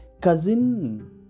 cousin